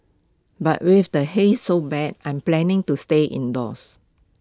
but with the haze so bad I'm planning to stay indoors